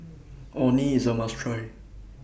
Orh Nee IS A must Try